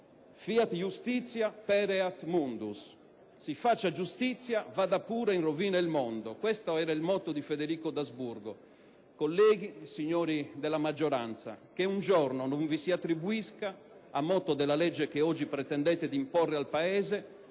«*Fiat iustitia et pereat mundus*», vale a dire «sia fatta giustizia, vada pure in rovina il mondo». Questo era il motto di Ferdinando d'Asburgo. Colleghi, signori della maggioranza, che un giorno non vi si attribuisca a motto della legge che oggi pretendete di imporre al Paese: